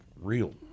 real